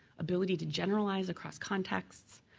ability to generalize across contexts,